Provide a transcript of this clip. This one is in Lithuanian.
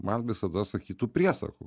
man visada sakytų priesakų